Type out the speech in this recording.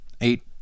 Eight